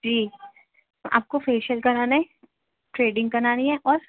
جی آپ کو فیشیل کرانا ہے ٹھریڈنگ کرانی ہے اور